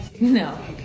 No